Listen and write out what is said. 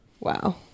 Wow